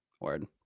word